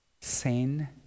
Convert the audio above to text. Sin